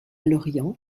lorient